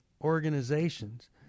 organizations